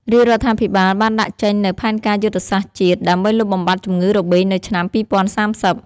រាជរដ្ឋាភិបាលបានដាក់ចេញនូវផែនការយុទ្ធសាស្ត្រជាតិ ដើម្បីលុបបំបាត់ជំងឺរបេងនៅឆ្នាំ ២០៣០។